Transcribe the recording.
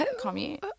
commute